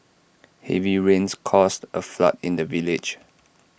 heavy rains caused A flood in the village